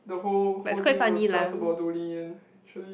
the whole whole thing was just about Donnie Yen actually